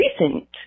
recent